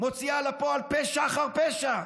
מוציאה לפועל פשע אחר פשע,